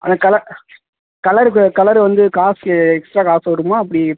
அதான் கலர் கலருக்கு கலர் வந்து காசு எக்ஸ்ட்ரா காசு வருமா எப்படி